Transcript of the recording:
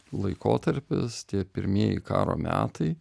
laikotarpis tie pirmieji karo metai